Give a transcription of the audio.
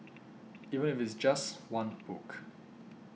even if it's just one book